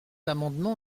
amendement